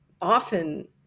often